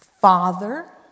Father